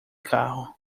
carro